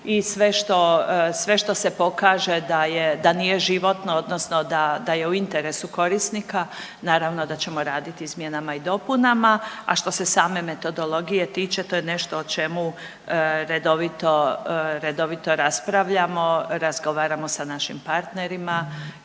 i sve što se pokaže da nije životno odnosno da je u interesu korisnika naravno da ćemo raditi izmjenama i dopunama. A što se same metodologije tiče to je nešto o čemu redovito raspravljamo, razgovaramo sa našim partnerima